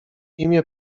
imię